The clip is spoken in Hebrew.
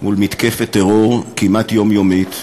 מול מתקפת טרור כמעט יומיומית,